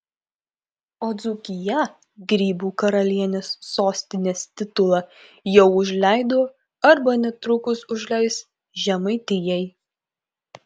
o dzūkija grybų karalienės sostinės titulą jau užleido arba netrukus užleis žemaitijai